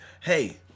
Hey